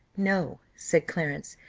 no, said clarence,